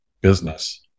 business